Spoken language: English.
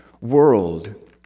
world